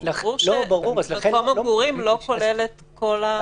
אז ברור שמקום מגורים לא כולל את כל המתחם.